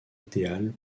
idéal